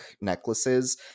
necklaces